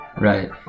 Right